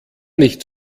nicht